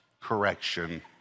correction